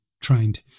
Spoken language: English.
trained